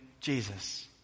jesus